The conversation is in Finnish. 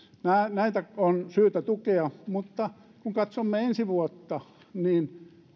näitä on syytä tukea mutta kun katsomme ensi vuotta niin